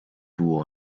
tue